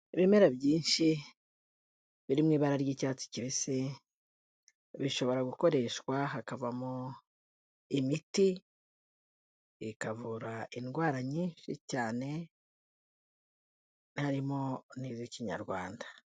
Ibimera byinshi biri mu ibara ry'icyatsi kibisi bishobora gukoreshwa bikavamo imiti ikavura indwara nyinshi cyane harimo n'iz'ikinyarwanda.